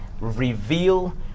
reveal